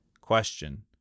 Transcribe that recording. Question